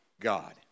God